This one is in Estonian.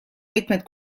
mitmeid